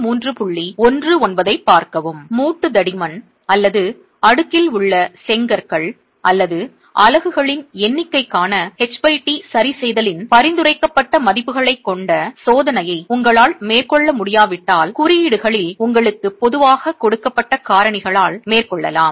மூட்டு தடிமன் அல்லது அடுக்கில் உள்ள செங்கற்கள் அல்லது அலகுகளின் எண்ணிக்கைக்கான ht சரிசெய்தலின் பரிந்துரைக்கப்பட்ட மதிப்புகளைக் கொண்ட சோதனையை உங்களால் மேற்கொள்ள முடியாவிட்டால் குறியீடுகளில் உங்களுக்கு பொதுவாகக் கொடுக்கப்பட்ட காரணிகளால் மேற்கொள்ளலாம்